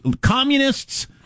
communists